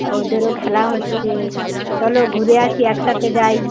ওদেরও খেলা হচ্ছে চলো ঘুরে আসি একসাথে যাই